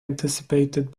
anticipated